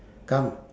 come